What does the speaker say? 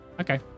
Okay